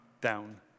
down